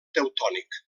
teutònic